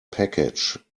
package